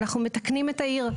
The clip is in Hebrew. אנחנו מתקנים את העיר.